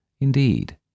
Indeed